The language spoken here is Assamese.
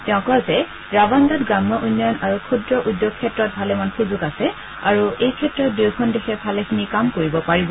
তেওঁ কয় যে ৰাৱাণ্ডাত গ্ৰাম্য উন্নয়ন আৰু ক্ষুদ্ৰ উদ্যোগ ক্ষেত্ৰত ভালেমান সুযোগ আছে আৰু এই ক্ষেত্ৰত দুয়োখন দেশে ভালেখিনি কাম কৰিব পাৰিব